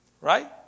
Right